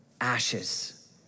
Ashes